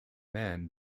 man